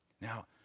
Now